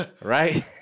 right